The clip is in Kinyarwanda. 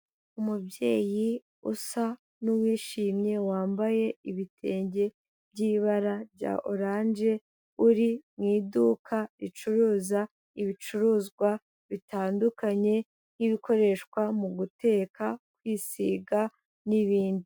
Umubyeyi usa n'uwishimye wambaye ibitenge by'ibara rya oranje, uri mu iduka ricuruza ibicuruzwa bitandukanye nk'ibikoreshwa mu guteka, kwisiga n'ibindi.